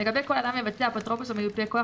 לגבי כל אדם יבצע אפוטרופוס או מיופה כוח